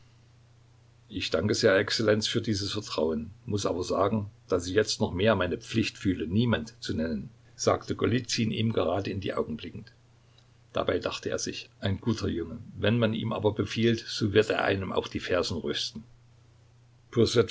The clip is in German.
ich danke sehr exzellenz für dieses vertrauen muß aber sagen daß ich jetzt noch mehr meine pflicht fühle niemand zu nennen sagte golizyn ihm gerade in die augen blickend dabei dachte er sich ein guter junge wenn man ihm aber befiehlt so wird er einem auch die fersen rösten